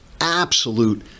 absolute